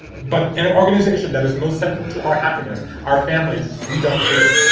but an organization that is most central to our happiness, our families. we don't do it.